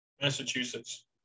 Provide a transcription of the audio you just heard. Massachusetts